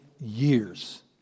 years